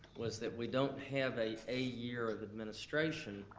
was that we don't have a a year of administration,